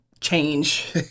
change